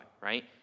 right